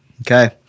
Okay